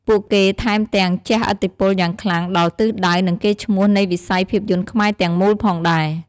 ពួកគេថែមទាំងជះឥទ្ធិពលយ៉ាងខ្លាំងដល់ ទិសដៅ និងកេរ្តិ៍ឈ្មោះនៃវិស័យភាពយន្តខ្មែរទាំងមូល ផងដែរ។